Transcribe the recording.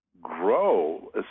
Grow